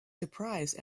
surprised